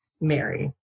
Mary